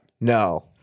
No